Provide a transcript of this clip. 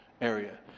area